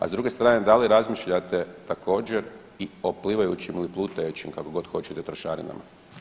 A s druge strane, da li razmišljate također i o plivajućim ili plutajućim kako god hoćete trošarinama.